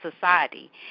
society